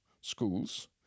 schools